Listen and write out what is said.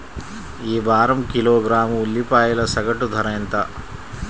ఈ వారం కిలోగ్రాము ఉల్లిపాయల సగటు ధర ఎంత?